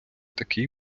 такий